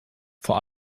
vor